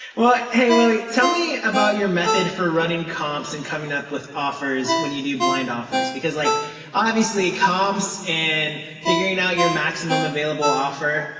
well, hey, willie, tell me about your method for running comps and coming up with offers when you do blind offers. because, like obviously, comps and figuring out your maximum available offer,